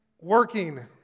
working